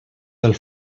del